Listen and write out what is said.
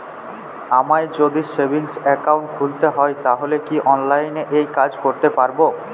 আমায় যদি savings account খুলতে হয় তাহলে কি অনলাইনে এই কাজ করতে পারবো?